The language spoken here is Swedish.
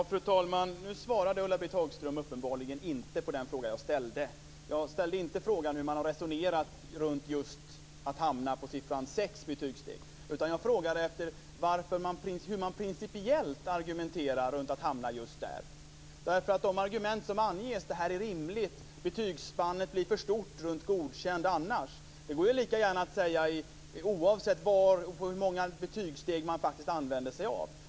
Fru talman! Nu svarade Ulla-Britt Hagström uppenbarligen inte på den fråga jag ställde. Jag ställde inte frågan hur man har resonerat för att hamna på just sex betygssteg. Jag frågade hur man pincipiellt argumenterar för att hamna just där. De argument som anges - att det här är rimligt och att betygsspannet blir för stort runt Godkänd annars - går lika gärna att använda oavsett hur många betygssteg man faktiskt använder sig av.